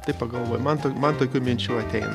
taip pagalvoju man to man tokių minčių ateina